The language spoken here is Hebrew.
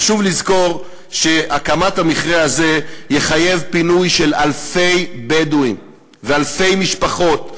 חשוב לזכור שהקמת המכרה הזה תחייב פינוי של אלפי בדואים ואלפי משפחות.